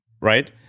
right